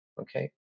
okay